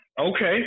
Okay